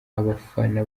abafana